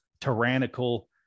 tyrannical